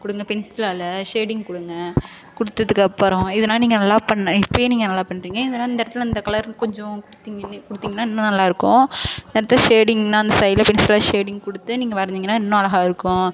கொடுங்க பென்சிலால் ஷேடிங் கொடுங்கள் கொடுத்ததுக்கப்புறம் இதெல்லாம் நீங்கள் நல்லா பண் இப்போயே நீங்கள் நல்லா பண்ணுறிங்க இதெல்லாம் இந்த இடத்துல இந்த கலர் கொஞ்சோம் கொடுத்திங் கொடுத்தீங்கன்னா இன்னும் நல்லாயிருக்கும் அடுத்து ஷேடிங்னால் அந்த சைடில் பென்சிலால் ஷேடிங் கொடுத்து நீங்கள் வரைஞ்சிங்கன்னா இன்னும் அழகாக இருக்கும்